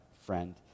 friend